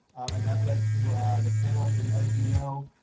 and that let to the panels, and as you know,